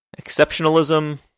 Exceptionalism